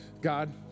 God